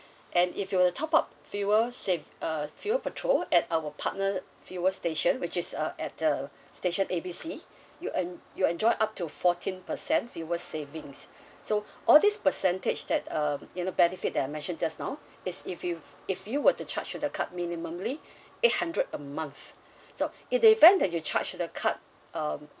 and if you were to top up fuel save uh fuel petrol at our partner fuel station which is uh at the station A B C you en~ you enjoy up to fourteen percent fuel savings so all these percentage that um you know benefit that I mentioned just now is if you if you were to charge to the card minimally eight hundred a month so in the event that you charged to the card um